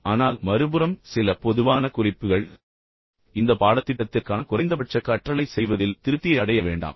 ஆனால் மறுபுறம் சில பொதுவான குறிப்புகள் இந்த பாடத்திட்டத்திற்குத் தேவையான குறைந்தபட்ச கற்றலைச் செய்வதில் திருப்தி அடைய வேண்டாம்